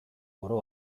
oro